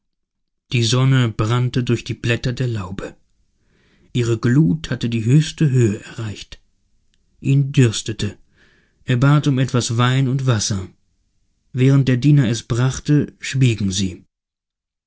die sonne brannte durch die blätter der laube ihre glut hatte die höchste höhe erreicht ihn dürstete er bat um etwas wein und wasser während der diener es brachte schwiegen sie